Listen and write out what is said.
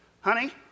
Honey